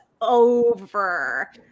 over